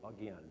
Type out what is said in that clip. again